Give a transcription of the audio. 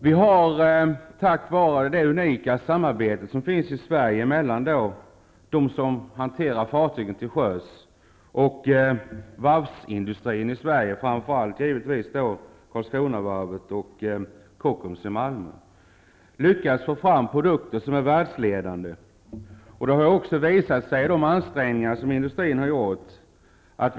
Vi har lyckats få fram produkter som är världsledande tack vare det unika samarbete som finns i Sverige mellan dem som hanterar fartygen till sjöss och varvsindustrin, framför allt givetvis Karlskronavarvet och Kockums i Malmö. Det har också visat sig i de ansträngningar industrin gjort att exportera.